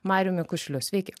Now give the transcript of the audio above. mariumi kušliu sveiki